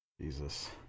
Jesus